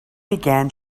began